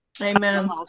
Amen